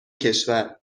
کشور